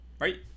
right